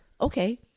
Okay